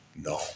No